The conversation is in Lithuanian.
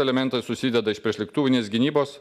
elementai susideda iš priešlėktuvinės gynybos